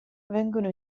vengono